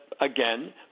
again